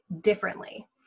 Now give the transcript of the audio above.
differently